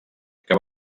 que